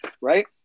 right